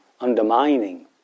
undermining